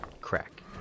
crack